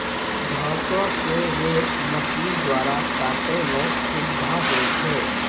घासो क रेक मसीन द्वारा काटै म सुविधा होय छै